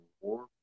war